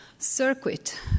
Circuit